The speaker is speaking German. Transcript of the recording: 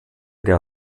der